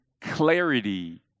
clarity